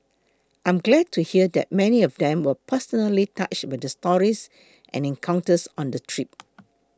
I'm glad to hear that many of them were personally touched by the stories and encounters on the trip